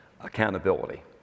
Accountability